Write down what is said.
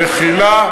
מחילה.